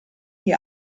gli